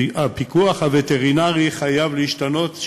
הפיקוח הווטרינרי חייב להשתנות,